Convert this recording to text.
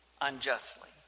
unjustly